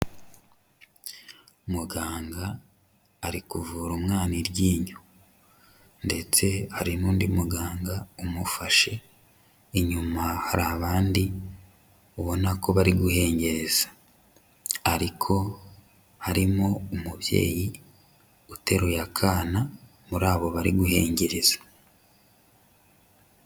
Muganga ari kuvura umwana iryinyo, ndetse hari n'undi muganga umufashe, inyuma hari abandi ubona ko bari guhengereza. Ariko harimo umubyeyi uteruye akana, muri abo bari guhengereza.